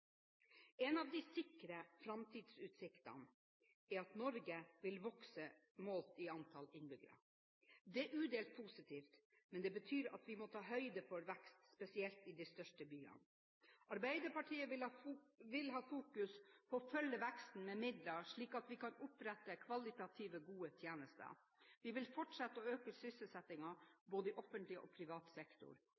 En av de sikre framtidsutsiktene er at Norge vil vokse målt i antall innbyggere. Det er udelt positivt, men det betyr at vi må ta høyde for vekst, spesielt i de største byene. Arbeiderpartiet vil fokusere på å følge veksten med midler, slik at vi kan opprettholde kvalitative gode tjenester. Vi vil fortsette å øke